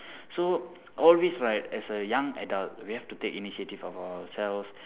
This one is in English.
so all this right as a young adult we have to take initiative for ourselves